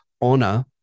honor